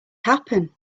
happen